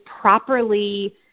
properly